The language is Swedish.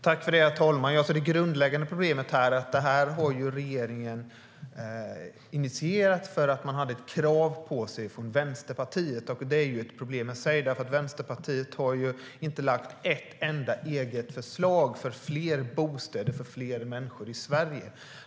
Herr talman! Det grundläggande problemet är att regeringen har initierat detta därför att man hade ett krav på sig från Vänsterpartiet. Det är ett problem i sig, för Vänsterpartiet har inte lagt ett enda eget förslag för fler bostäder för fler människor i Sverige.